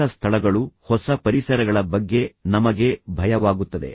ಹೊಸ ಸ್ಥಳಗಳು ಹೊಸ ಪರಿಸರಗಳ ಬಗ್ಗೆ ನಮಗೆ ಭಯವಾಗುತ್ತದೆ